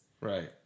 Right